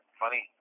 funny